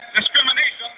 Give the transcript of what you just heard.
discrimination